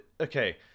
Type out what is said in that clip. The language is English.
okay